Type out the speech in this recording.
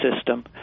system